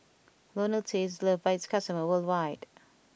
Ionil T is loved by its customers worldwide